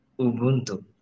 Ubuntu